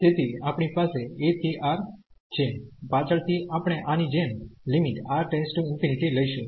તેથી આપણી પાસે a થી R છે પાછળ થી આપણે આની જેમ લઈશું